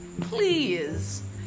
please